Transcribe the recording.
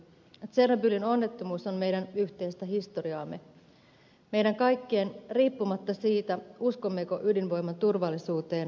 tsernobylin onnettomuus on meidän yhteistä historiaamme meidän kaikkien riippumatta siitä uskommeko ydinvoiman turvallisuuteen vai emme